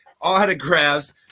autographs